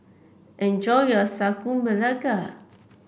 enjoy your Sagu Melaka